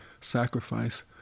sacrifice